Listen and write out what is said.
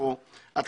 בפרקליטות,